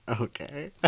Okay